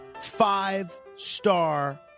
five-star